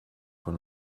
von